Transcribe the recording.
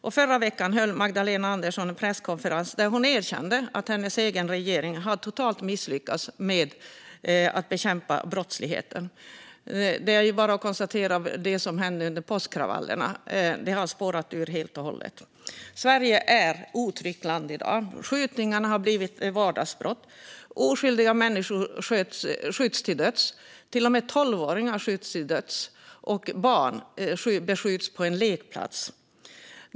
I förra veckan höll Magdalena Andersson en presskonferens där hon erkände att hennes egen regering hade misslyckats totalt med att bekämpa brottsligheten. Det är bara att konstatera vad som hände under påskkravallerna. Det har spårat ur helt och hållet. Sverige är ett otryggt land i dag. Skjutningar har blivit vardagsbrott. Oskyldiga människor skjuts till döds. Till och med tolvåringar skjuts till döds, och barn beskjuts på en lekplats.